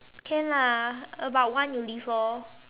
can lah about one you leave lor